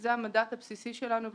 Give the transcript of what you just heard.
זה המנדט הבסיסי שלנו.